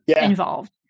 involved